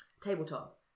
tabletop